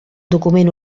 document